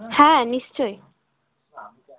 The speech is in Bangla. হ্যাঁ নিশ্চয়ই